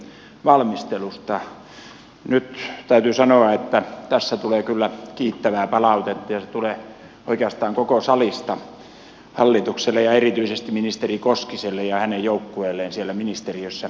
nyt täytyy sanoa että tässä tulee kyllä kiittävää palautetta ja se tulee oikeastaan koko salista hallitukselle ja erityisesti ministeri koskiselle ja hänen joukkueelleen siellä ministeriössä